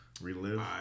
relive